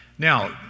Now